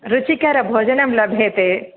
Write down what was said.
रूचिकरं भोजनं लभ्यते